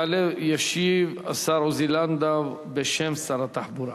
יעלה וישיב השר עוזי לנדאו בשם שר התחבורה.